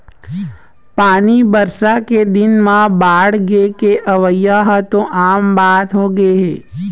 पानी बरसा के दिन म बाड़गे के अवइ ह तो आम बात होगे हे